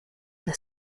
las